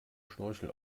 schnorchel